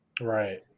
Right